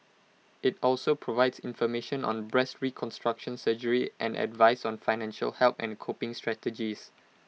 IT also provides information on breast reconstruction surgery and advice on financial help and coping strategies